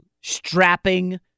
strapping